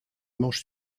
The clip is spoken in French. manches